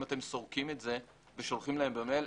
אם אתם סורקים את זה ושולחים להם במייל,